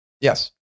Yes